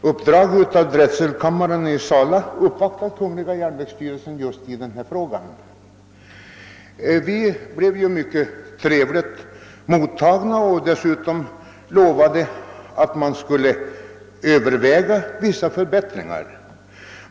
uppdrag av drätselkammaren i Sala uppvaktat järnvägsstyrelsen i samma ärende. Vi blev mycket trevligt mottagna och dessutom utlovades att vissa förbättringar skulle vidtagas.